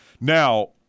Now